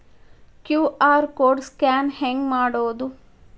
QR code scan ಹೆಂಗ್ ಮಾಡೋದು?